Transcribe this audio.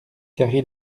carry